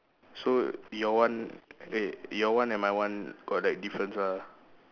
so your one wait your one and my one got like difference ah